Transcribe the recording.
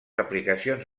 aplicacions